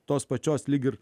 tos pačios lyg ir